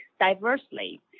diversely